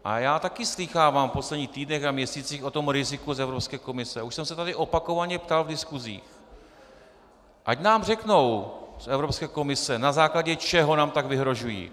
A já také slýchávám v posledních týdnech a měsících o tom riziku z Evropské komise a už jsem se tady opakovaně ptal v diskusích, ať nám řeknou z Evropské komise, na základě čeho nám tak vyhrožují.